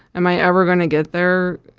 am i ever going to get there?